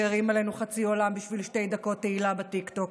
שהרים עלינו חצי עולם בשביל שתי דקות תהילה בטיקטוק,